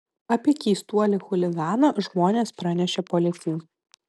apie keistuolį chuliganą žmonės pranešė policijai